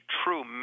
true